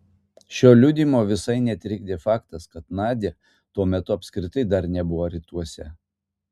šio liudijimo visai netrikdė faktas kad nadia tuo metu apskritai dar nebuvo rytuose